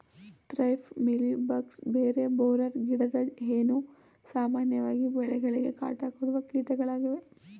thrips, mealy bugs, berry borer, ಗಿಡದ ಹೇನು, ಸಾಮಾನ್ಯವಾಗಿ ಬೆಳೆಗಳಿಗೆ ಕಾಟ ಕೊಡುವ ಕೀಟಗಳಾಗಿವೆ